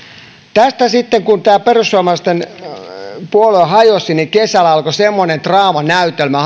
tästä sitten kun perussuomalaisten puolue hajosi alkoi kesällä semmoinen draamanäytelmä